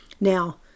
Now